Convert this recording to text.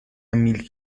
میلک